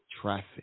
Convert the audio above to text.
traffic